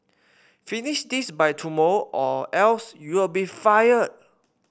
finish this by tomorrow or else you'll be fired